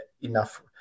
enough